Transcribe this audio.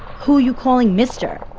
who you calling mister?